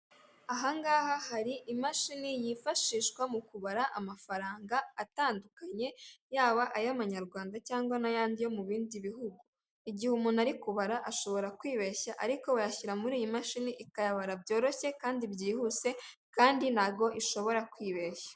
Ahangaha hari imashini yifashishwa mu kubara amafaranga atandukanye, yaba ay'amanyarwanda cyangwa n'ayandi yo mu bindi bihugu. Igihe umuntu ari kubara ashobora kwibeshya ariko bayashyira muri iyi mashini ikayabara byoroshye kandi byihuse kandi ntago ishobora kwibeshya.